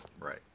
Right